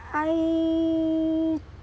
I